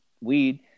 weed